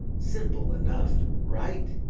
simple enough, right?